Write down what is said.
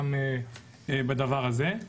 גם בדבר הזה.